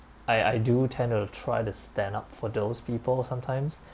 I I do tend to try to stand up for those people sometimes